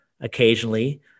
occasionally